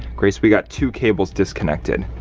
grace, we got two cables disconnected.